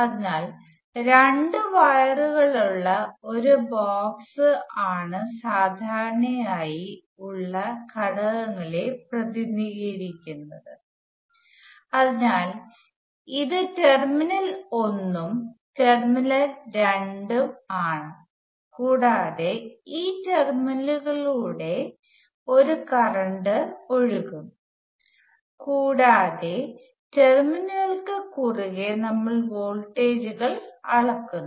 അതിനാൽ രണ്ട് വയറുകളുള്ള ഒരു ബോക്സ് ആണ് സാധാരണയായി ഉള്ള ഘഡ്ഗങ്ങളെ പ്രതിനിധീകരിക്കുന്നത് അതിനാൽ ഇത് ടെർമിനൽ 1 ഉം ടെർമിനൽ 2 ഉം ആണ് കൂടാതെ ഈ ടെർമിനലിലൂടെ ഒരു കറന്റ് ഒഴുകും കൂടാതെ കൂടാതെ ടെർമിനലുകൾക് കുറുകെ നമ്മൾ വോൾട്ടേജുകൾ അളക്കുന്നു